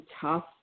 tough